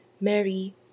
Mary